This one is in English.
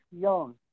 young